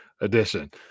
edition